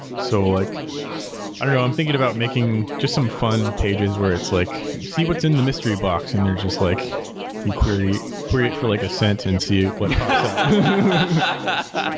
so like i don't know. i'm thinking about making just some fun pages where it's like, see what's in the mystery box and they're just like you query query it for like a cent and see what pops up